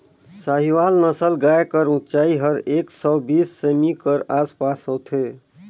साहीवाल नसल गाय कर ऊंचाई हर एक सौ बीस सेमी कर आस पास होथे